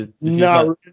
no